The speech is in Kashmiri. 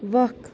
وکھ